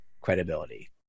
credibility